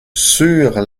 sur